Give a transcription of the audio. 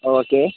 okay